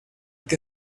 que